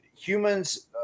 humans